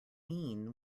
mean